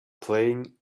playing